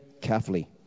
carefully